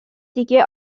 دیگه